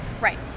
Right